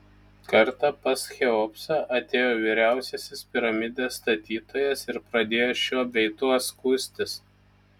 kartą pas cheopsą atėjo vyriausiasis piramidės statytojas ir pradėjo šiuo bei tuo skųstis